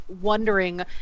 wondering